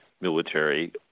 military